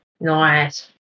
Nice